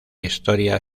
historia